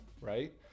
right